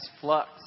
flux